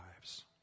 lives